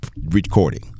recording